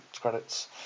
credits